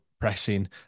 pressing